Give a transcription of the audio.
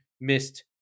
missed